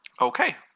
Okay